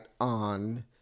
on